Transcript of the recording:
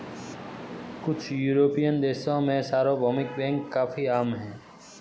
कुछ युरोपियन देशों में सार्वभौमिक बैंक काफी आम हैं